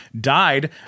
died